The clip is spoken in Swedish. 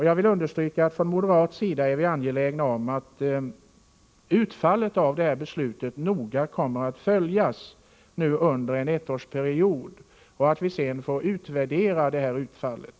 Jag vill understryka att vi från moderat sida är angelägna om att utfallet av dagens beslut noga skall följas under en ettårsperiod och att vi sedan skall utvärdera utfallet.